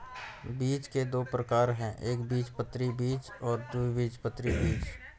बीज के दो प्रकार है एकबीजपत्री बीज और द्विबीजपत्री बीज